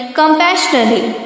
compassionately